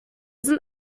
sind